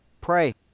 pray